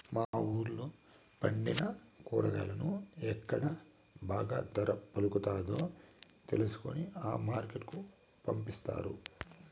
మా వూళ్ళో పండిన కూరగాయలను ఎక్కడ బాగా ధర పలుకుతాదో తెలుసుకొని ఆ మార్కెట్ కు పంపిస్తారు